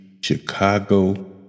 Chicago